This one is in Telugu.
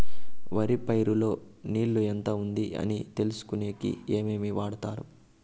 వరి పైరు లో నీళ్లు ఎంత ఉంది అని తెలుసుకునేకి ఏమేమి వాడతారు?